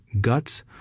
guts